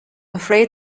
afraid